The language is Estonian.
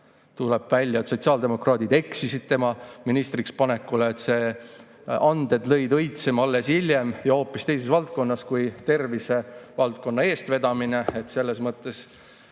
Tuleb välja, et sotsiaaldemokraadid eksisid tema ministriks panekul. Tema anded lõid õitsema alles hiljem ja hoopis teises valdkonnas kui tervisevaldkonnas. Selles mõttes